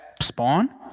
spawn